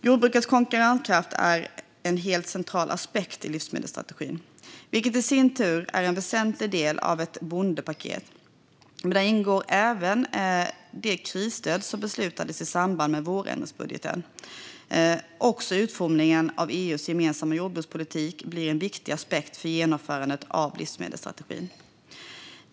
Jordbrukets konkurrenskraft är en helt central aspekt i livsmedelsstrategin, vilket i sin tur är en väsentlig del av ett bondepaket, men där ingår även det krisstöd som beslutades i samband med vårändringsbudgeten. Också utformningen av EU:s gemensamma jordbrukspolitik blir en viktig aspekt för genomförandet av livsmedelsstrategin.